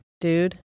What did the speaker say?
dude